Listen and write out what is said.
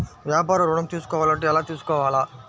వ్యాపార ఋణం తీసుకోవాలంటే ఎలా తీసుకోవాలా?